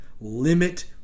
limit